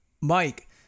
Mike